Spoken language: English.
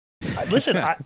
Listen